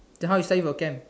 then how you study for exam